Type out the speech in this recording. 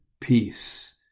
peace